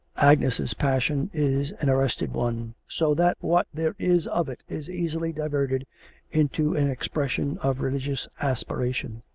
agnes's passion is an arrested one, so that what there is of it is easily diverted into an expression of religious aspiration.